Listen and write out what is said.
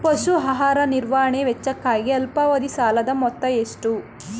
ಪಶು ಆಹಾರ ನಿರ್ವಹಣೆ ವೆಚ್ಚಕ್ಕಾಗಿ ಅಲ್ಪಾವಧಿ ಸಾಲದ ಮೊತ್ತ ಎಷ್ಟು?